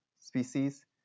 species